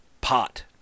pot